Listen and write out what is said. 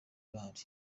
bahari